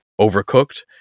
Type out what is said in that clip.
overcooked